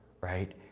right